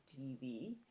TV